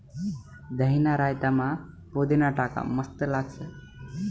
दहीना रायतामा पुदीना टाका मस्त लागस